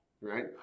right